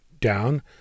down